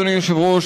אדוני היושב-ראש,